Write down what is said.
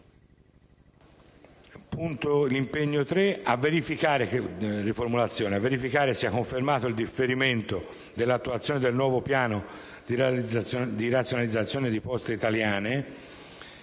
«a verificare che sia confermato il differimento dell'attuazione del nuovo piano di razionalizzazione di Poste italiane